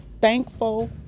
thankful